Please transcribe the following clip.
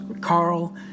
carl